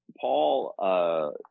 Paul